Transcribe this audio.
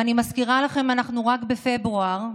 ואני מזכירה לכם, אנחנו רק בפברואר,